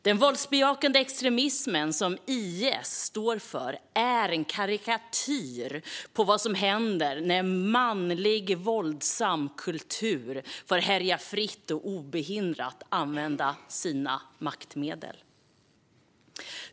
Den våldsbejakande extremism som IS står för är en karikatyr av vad som händer när manlig våldsam kultur får härja fritt och obehindrat använda sina maktmedel.